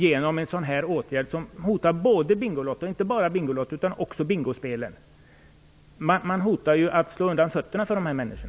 Genom en sådan här åtgärd - som inte bara hotar Bingolotto, utan också bingospelen - hotar man att slå undan fötterna för dessa människor.